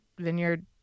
vineyard